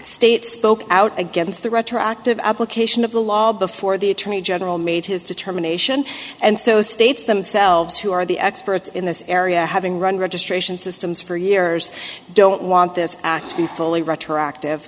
states spoke out against the retroactive application of the law before the attorney general made his determination and so states themselves who are the experts in this area having run registration systems for years don't want this to be fully retroactive